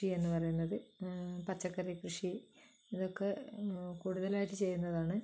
കൃഷിയെന്നു പറയുന്നത് പച്ചക്കറിക്കൃഷി ഇതൊക്കെ കൂടുതലായിട്ട് ചെയ്യുന്നതാണ്